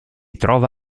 trova